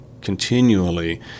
continually